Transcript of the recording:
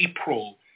April